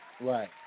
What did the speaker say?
Right